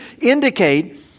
indicate